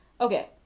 okay